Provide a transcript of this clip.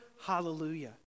Hallelujah